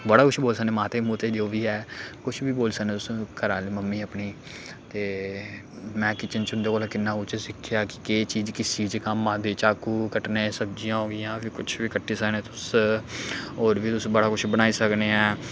बड़ा कुछ बोली सकने माता मोते जो बी ऐ कुछ बी बोली सकने तुस घरै आह्ली मम्मी अपनी ते में किचन च उं'दे कोला किन्ना सिक्खेआ कि केह् चीज़ किस चीज कम्म आंदे चाकू कट्टने सब्जियां होई गेइयां कुछ बी कट्टी सकने तुस होर बी तुस बड़ा कुछ बनाई सकने आं